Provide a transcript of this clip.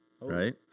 right